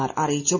R അറിയിച്ചു